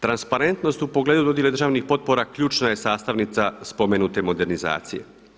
Transparentnost u pogledu dodjele državnih potpora ključna je sastavnica spomenute modernizacije.